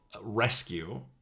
rescue